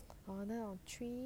orh 那种 three